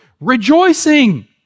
rejoicing